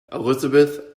elizabeth